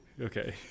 Okay